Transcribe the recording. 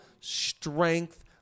strength